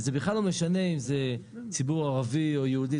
וזה בכלל לא משנה אם זה ציבור ערבי או יהודי.